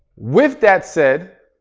with that said,